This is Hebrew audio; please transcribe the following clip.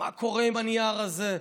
מה קורה עם הנייר הזה?